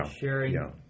sharing